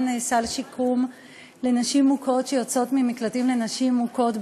סל שיקום לנשים מוכות שיוצאות ממקלטים לנשים מוכות,